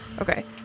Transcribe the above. Okay